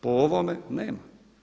Po ovome nema.